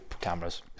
cameras